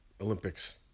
Olympics